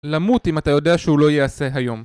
למות, אם אתה יודע שהוא לא ייעשה היום